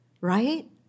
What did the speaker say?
right